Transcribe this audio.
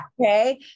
Okay